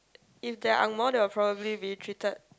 if they Ang-Moh they will probably be treated